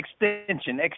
extension